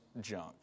junk